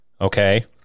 okay